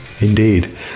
indeed